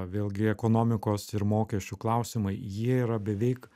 vėlgi ekonomikos ir mokesčių klausimai jie yra beveik